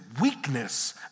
weakness